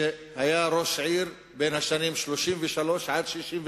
שהיה ראש עיר בין השנים 1933 ו-1969,